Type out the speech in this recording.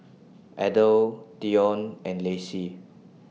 Adell Dionne and Lacy